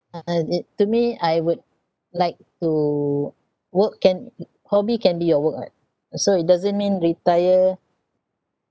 uh uh it to me I would like to work can hobby can be your work [what] so it doesn't mean retire